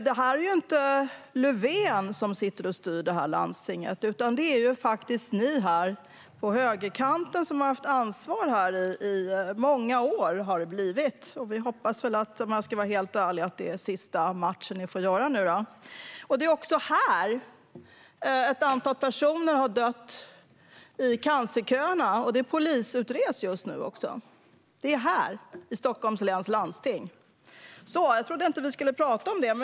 Det är inte Löfven som styr i det här landstinget, utan det är faktiskt ni på högerkanten som har haft ansvar här, och det i många år. Men om jag ska vara helt ärlig hoppas vi att det är sista matchen ni får göra nu. Det är också här, i Stockholms läns landsting, som ett antal personer har dött i cancerköerna. Det polisutreds just nu. Jag trodde inte att vi skulle prata om det i dag.